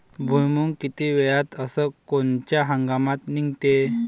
भुईमुंग किती वेळात अस कोनच्या हंगामात निगते?